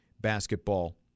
basketball